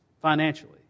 financially